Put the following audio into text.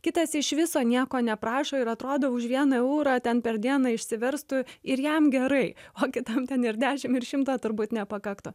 kitas iš viso nieko neprašo ir atrodo už vieną eurą ten per dieną išsiverstų ir jam gerai o kitam ten ir dešim ir šimto turbūt nepakaktų